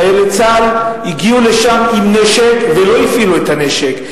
חיילי צה"ל הגיעו לשם עם נשק ולא הפעילו את הנשק,